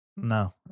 no